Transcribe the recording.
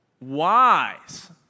wise